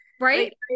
Right